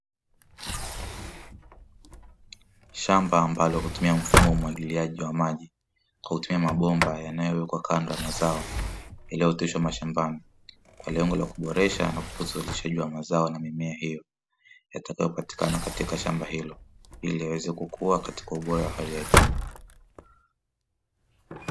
Shamba ambalo hutumia mfumo wa umwagiliaji wa maji kwa mabomba yanayowekwa kando ya mazao yalioteshwa mashambani, kwa lengo la kuboresha na kukuza uzalishaji wa mazao hayo yatakayo patikana katika shamba hilo, ili uweze kukua katika ubora wa hali ya juu.